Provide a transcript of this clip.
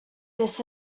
this